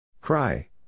Cry